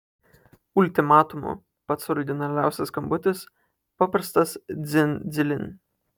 ultimatumu pats originaliausias skambutis paprastas dzin dzilin